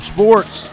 Sports